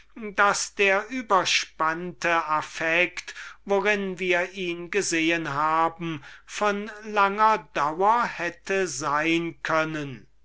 daß der überspannte affekt worin wir ihn gesehen haben von langer dauer hätte sein können